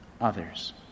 others